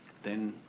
then